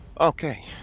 Okay